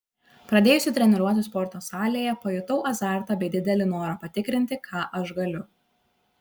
pradėjusi treniruotis sporto salėje pajutau azartą bei didelį norą patikrinti ką aš galiu